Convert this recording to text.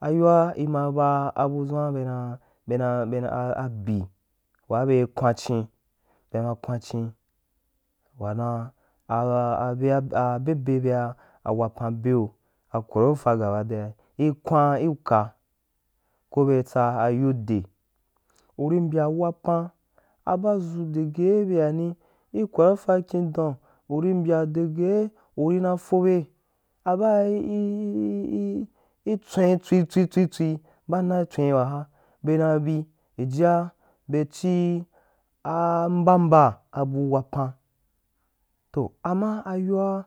Ayoa ima ba abudʒua be na be na bena abi, uhaa beh kwanchin be ma kwan chin wa dan a e bebeba a wagan beo a korofa gabadea ikwa i uka ko beh tsa a yuti deh uri mbya wapan a baa dʒu dege baani kwaorofa kindom uri mbya degeh uri na fo be a baa i i i i i tswen tswi tswi tswi tswi baa na tswen waha bena bi ijia be chi a mbamba bu wapan, toh ama ayoa